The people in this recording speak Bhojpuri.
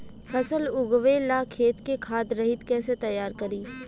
फसल उगवे ला खेत के खाद रहित कैसे तैयार करी?